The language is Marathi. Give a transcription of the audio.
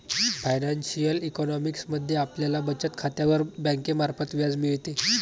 फायनान्शिअल इकॉनॉमिक्स मध्ये आपल्याला बचत खात्यावर बँकेमार्फत व्याज मिळते